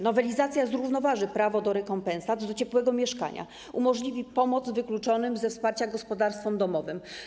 Nowelizacja zrównoważy prawo do rekompensat, do ciepłego mieszkania, umożliwi pomoc wykluczonym ze wsparcia gospodarstwom domowym.